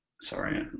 sorry